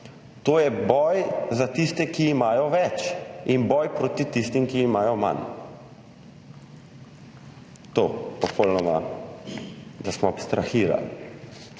To je boj za tiste, ki imajo več, in boj proti tistim, ki imajo manj. To smo popolnoma abstrahirali.